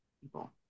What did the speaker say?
people